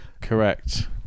correct